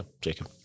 Jacob